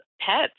pets